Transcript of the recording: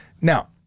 Now